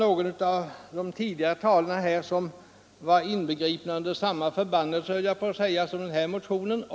Någon av de tidigare talarna hade drabbats av samma förbannelse som vår motion.